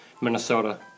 Minnesota